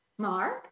Mark